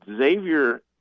Xavier